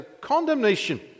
condemnation